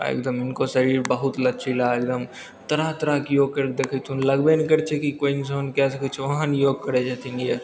आओर एकदम हुनको शरीर बहुत लचीला एकदम तरह तरहके योग करिके देखैथुन लगबे नहि करै छै कि कोइ इन्सान कै सकै छै ओहन योग करै छथिन